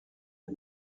les